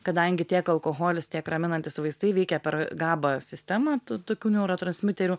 kadangi tiek alkoholis tiek raminantys vaistai veikia per gaba sistemą tų tokių neurotransmiterių